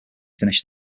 finish